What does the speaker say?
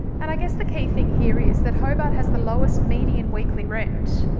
and i guess the key thing here is that hobart has the lowest median weekly rent.